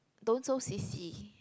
don't so sissy